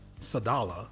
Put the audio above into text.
Sadala